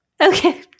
okay